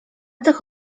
tych